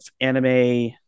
anime